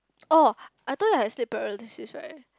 orh I told you I have sleep paralysis right